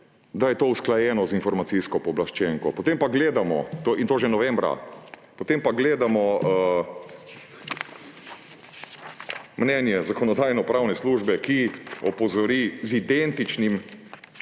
da je to usklajeno z informacijsko pooblaščenko, in to že novembra. Potem pa gledamo mnenje Zakonodajno-pravne službe, ki opozori z identičnim